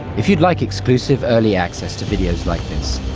if you'd like exclusive early access to videos like this,